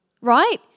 right